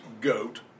GOAT